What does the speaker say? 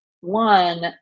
one